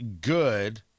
good